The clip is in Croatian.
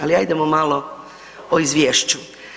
Ali ajdemo malo o izvješću.